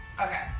Okay